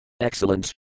Excellent